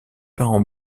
peint